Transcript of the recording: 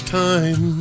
time